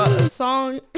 song